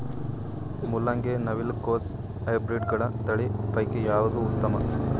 ಮೊಲಂಗಿ, ನವಿಲು ಕೊಸ ಹೈಬ್ರಿಡ್ಗಳ ತಳಿ ಪೈಕಿ ಯಾವದು ಉತ್ತಮ?